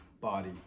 body